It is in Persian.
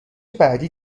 بعدی